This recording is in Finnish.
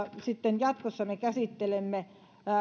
sitten jatkossa me käsittelemme